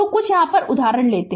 तो कुछ उदाहरण लें